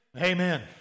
Amen